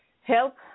help